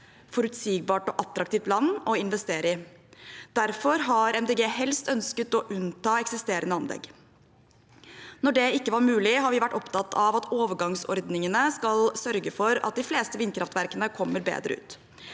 forutsigbart og attraktivt land å investere i. Derfor har Miljøpartiet De Grønne helst ønsket å unnta eksisterende anlegg. Når det ikke var mulig, har vi vært opptatt av at overgangsordningene skal sørge for at de fleste vindkraftverkene kommer bedre ut.